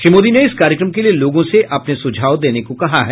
श्री मोदी ने इस कार्यक्रम के लिए लोगों से अपने सुझाव देने को कहा है